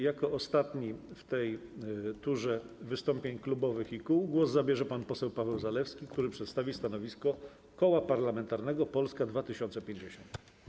Jako ostatni w tej turze wystąpień klubów i kół głos zabierze pan poseł Paweł Zalewski, który przedstawi stanowisko Koła Parlamentarnego Polska 2050.